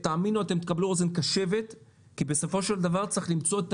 תאמינו לי, אתם תקבלו ממנו אוזן קשבת.